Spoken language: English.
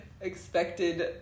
expected